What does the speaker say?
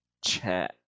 chat